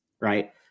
right